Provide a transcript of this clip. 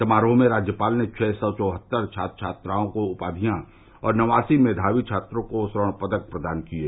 समारोह में राज्यपाल ने छह सौ चौहत्तर छात्र छात्राओं को उपाधियां और नवासी मेघावी छात्रों को स्वर्ण पदक प्रदान किये